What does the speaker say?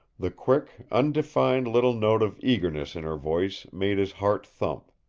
the quick, undefined little note of eagerness in her voice made his heart thump.